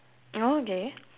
oh okay